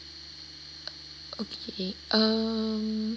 okay um